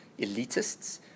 elitists